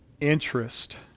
Interest